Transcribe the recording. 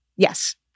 Yes